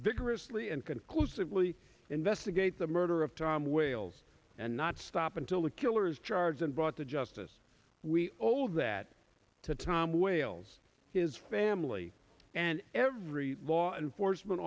vigorously and conclusively investigate the murder of tom wales and not stop until the killers charged and brought to justice we owe that to tom wales his family and every law enforcement